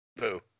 Boo